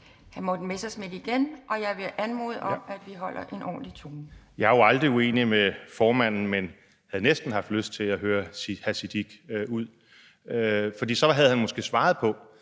Jeg er jo aldrig uenig med formanden, men havde næsten haft lyst til at høre hr. Sikandar Siddique ud, for så havde han måske svaret på,